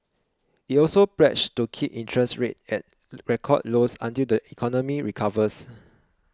it also pledged to keep interest rates at record lows until the economy recovers